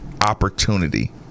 opportunity